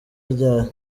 ryari